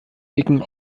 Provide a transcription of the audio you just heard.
dicken